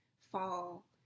fall